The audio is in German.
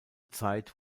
zeit